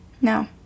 No